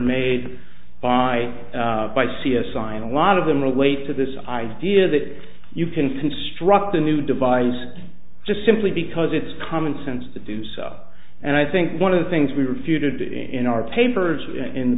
made by by c s i and a lot of them relate to this idea that you can construct a new devise just simply because it's common sense to do so and i think one of the things we refuted in our papers in the